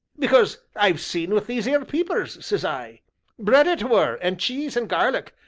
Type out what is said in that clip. because i've seen with these ere peepers, says i bread it were, and cheese, and garlic,